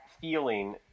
feeling